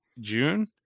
June